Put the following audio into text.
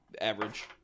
average